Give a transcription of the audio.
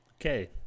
Okay